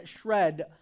shred